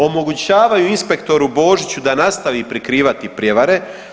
Omogućavaju inspektoru Božiću da nastavi prikrivati prijevare.